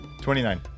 29